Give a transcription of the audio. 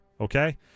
okay